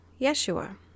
Yeshua